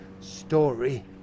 Story